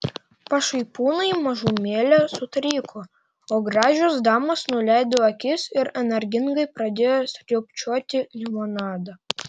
pašaipūnai mažumėlę sutriko o gražios damos nuleido akis ir energingai pradėjo sriubčioti limonadą